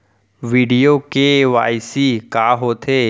video KYC का होथे